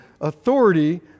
authority